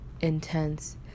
intense